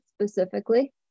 specifically